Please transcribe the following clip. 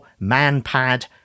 MANPAD